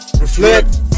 reflect